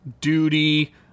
duty